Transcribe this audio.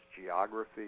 geography